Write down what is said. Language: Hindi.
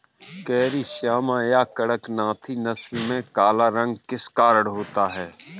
कैरी श्यामा या कड़कनाथी नस्ल में काला रंग किस कारण होता है?